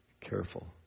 careful